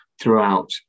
throughout